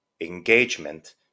engagement